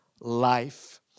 life